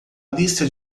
lista